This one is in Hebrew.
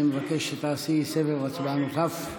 אני מבקש שתעשי סבב הצבעה נוסף.